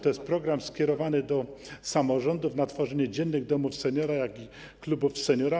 To jest program skierowany do samorządów i dotyczy tworzenia dziennych domów seniora i klubów seniora.